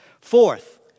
Fourth